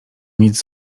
nic